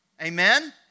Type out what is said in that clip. Amen